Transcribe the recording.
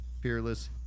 Fearless